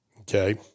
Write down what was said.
Okay